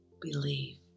Believe